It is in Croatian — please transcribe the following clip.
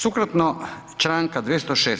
Sukladno Članka 206.